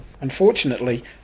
Unfortunately